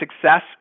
success